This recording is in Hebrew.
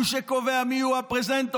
הוא שקובע מי יהיו הפרזנטורים,